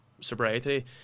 sobriety